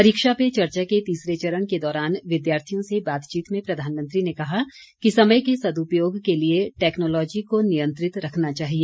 परीक्षा पे चर्चा के तीसरे चरण के दौरान विद्यार्थियों से बातचीत में प्रधानमंत्री ने कहा कि समय के सुदपयोग के लिए टैक्नोलोजी को नियंत्रित रखना चाहिए